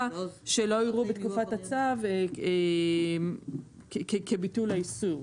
שלא יראו בתקופת הצו כביטול האיסור.